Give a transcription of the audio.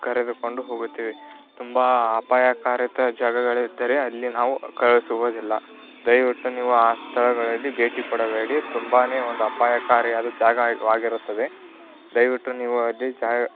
ಕರೆದುಕೊಂಡು ಹೋಗುತ್ತೀವಿ ತುಂಬ ಅಪಾಯಕಾರಿಯುತ ಜಾಗಗಳಿದ್ದರೆ ಅಲ್ಲಿ ನಾವು ಕಳಿಸುವುದಿಲ್ಲ ದಯವಿಟ್ಟು ನೀವು ಆ ಸ್ಥಳಗಳಲ್ಲಿ ಭೇಟಿ ಕೊಡಬೇಡಿ ತುಂಬಾ ಒಂದು ಅಪಾಯಕಾರಿಯಾದ ಜಾಗವಾಗಿರುತ್ತದೆ ದಯವಿಟ್ಟು ನೀವು ಅಲ್ಲಿ ಜಾಗ